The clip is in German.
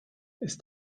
ist